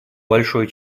большой